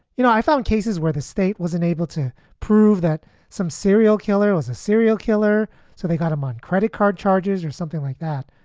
you know, i found cases where the state was unable to prove that some serial killer was a serial killer. so they got him on credit card charges or something like that.